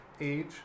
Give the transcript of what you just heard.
age